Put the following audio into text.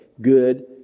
good